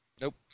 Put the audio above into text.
Nope